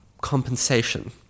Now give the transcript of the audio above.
compensation